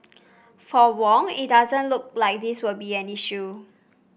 for Wong it doesn't look like this will be an issue